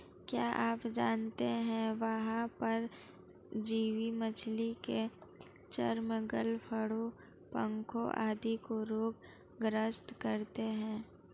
क्या आप जानते है बाह्य परजीवी मछली के चर्म, गलफड़ों, पंखों आदि को रोग ग्रस्त करते हैं?